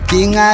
King